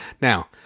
now